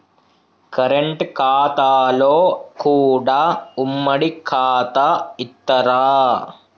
Current ఖాతాలో కూడా ఉమ్మడి ఖాతా ఇత్తరా?